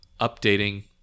updating